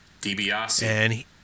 DiBiase